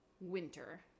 winter